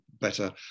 better